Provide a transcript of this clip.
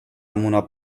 amb